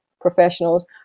professionals